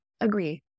agree